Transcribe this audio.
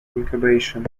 incubation